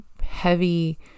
heavy